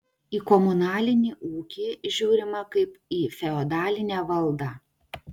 į komunalinį ūkį žiūrima kaip į feodalinę valdą